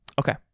Okay